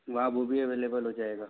वहाँ वो भी अवेलेबल हो जाएगा